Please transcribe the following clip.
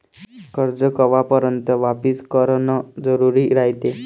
कर्ज कवापर्यंत वापिस करन जरुरी रायते?